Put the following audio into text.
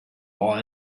are